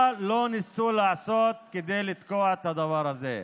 מה לא ניסו לעשות כדי לתקוע את הדבר הזה.